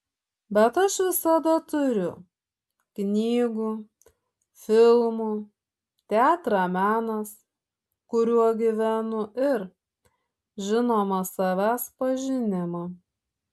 bet aš visada turiu knygų filmų teatrą menas kuriuo gyvenu ir žinoma savęs pažinimą